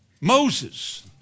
Moses